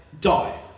die